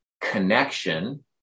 connection